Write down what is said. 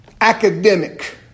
academic